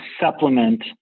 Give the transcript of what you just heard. supplement